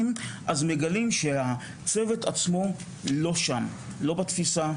מגלים שהצוות עצמו לא שם לא בתפיסה,